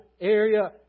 area